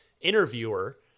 interviewer